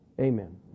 amen